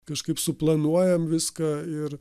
kažkaip suplanuojam viską ir